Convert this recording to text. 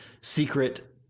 secret